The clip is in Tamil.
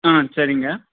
ஆ சரிங்க